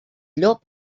llop